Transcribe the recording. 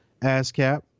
ASCAP